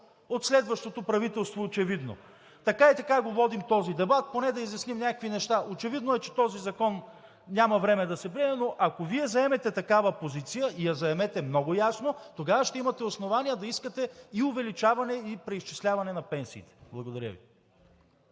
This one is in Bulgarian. От следващото правителство, очевидно. Така и така водим този дебат, поне да изясним някакви неща. Очевидно е, че този закон няма време да се гледа, но ако Вие заемете такава позиция и я заемете много ясно, тогава ще имате основание да искате и увеличаване, и преизчисляване на пенсиите. Благодаря Ви.